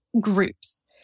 groups